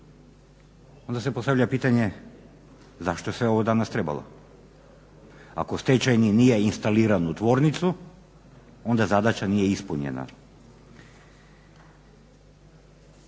onda se postavlja pitanje zašto je sve ovo danas trebalo. Ako stečajni nije instaliran u tvornicu onda zadaća nije ispunjena.